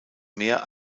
mehr